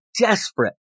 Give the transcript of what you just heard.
desperate